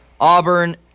Auburn